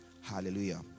Hallelujah